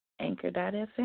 Anchor.fm